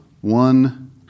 one